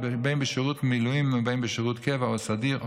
בין בשירות מילואים ובין בשירות קבע או סדיר,